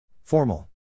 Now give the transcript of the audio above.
Formal